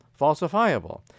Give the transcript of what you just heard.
falsifiable